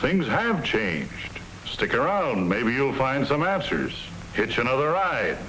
things have changed stick around maybe you'll find some answers it's another ri